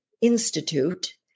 institute